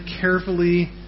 carefully